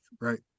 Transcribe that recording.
right